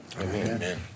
Amen